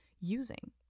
using